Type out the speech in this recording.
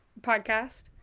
podcast